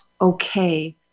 okay